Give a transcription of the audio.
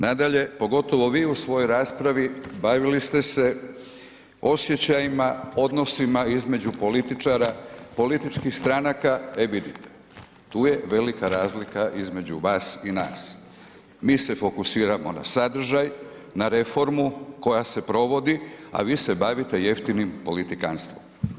Nadalje, pogotovo vi u svojoj raspravi bavili ste se osjećajima, odnosima između političara, političkih stranaka, e vidite, tu je velika razlika između vas i nas, mi se fokusiramo na sadržaj, na reformu koja se provodi, a vi se bavite jeftinim politikanstvom.